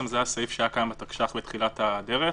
הוא היה קיים בתקש"ח בתחילת הדרך.